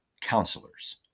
counselors